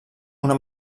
una